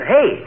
Hey